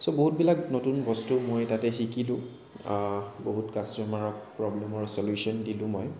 চ' বহুতবিলাক নতুন বস্তু মই তাতে শিকিলোঁ বহুত কাষ্টমাৰক প্ৰব্লেমৰ ছল্যুছন দিলোঁ মই